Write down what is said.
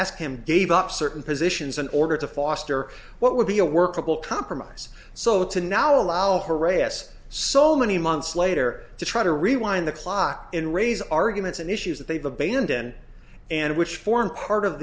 ask him gave up certain positions in order to foster what would be a workable compromise so to now allow harass so many months later to try to rewind the clock and raise arguments and issues that they've abandoned and which form part of